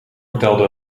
vertelde